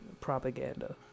Propaganda